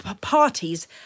parties